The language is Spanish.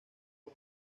nos